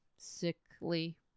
sickly